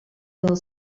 del